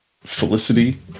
Felicity